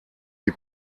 die